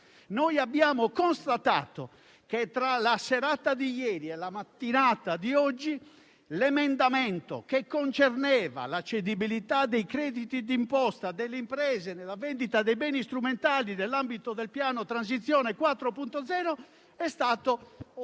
Abbiamo constatato che, tra la serata di ieri e la mattinata di oggi, l'emendamento che concerneva la cedibilità dei crediti d'imposta delle imprese per la vendita dei beni strumentali nell'ambito del piano Transizione 4.0 ha